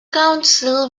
council